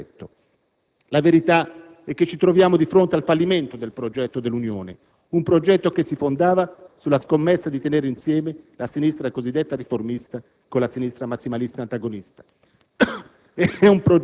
come un patetico fioretto. La verità è che ci troviamo di fronte al fallimento del progetto dell'Unione. Un progetto che si fondava sulla scommessa di tenere insieme la sinistra cosiddetta riformista con la sinistra massimalista e antagonista.